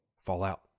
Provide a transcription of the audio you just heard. Fallout